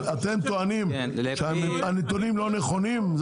אבל אתם טוענים שהנתונים לא נכונים?